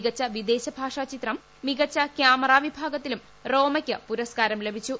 മികച്ച വിദേശ ചിത്രം മികച്ചു കൃാമറ വിഭാഗത്തിലും റോമ യ്ക്ക് പുരസ്കാരം ലഭിച്ചു